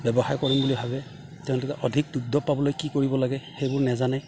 ব্যৱসায় কৰিম বুলি ভাবে তেওঁলোকে অধিক দুগ্ধ পাবলৈ কি কৰিব লাগে সেইবোৰ নেজানে